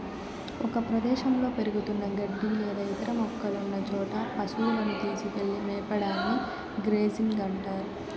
ఒక ప్రదేశంలో పెరుగుతున్న గడ్డి లేదా ఇతర మొక్కలున్న చోట పసువులను తీసుకెళ్ళి మేపడాన్ని గ్రేజింగ్ అంటారు